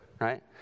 right